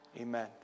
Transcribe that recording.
Amen